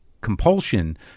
compulsion